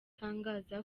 atangaza